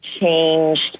changed